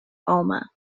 alma